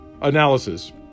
analysis